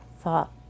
thought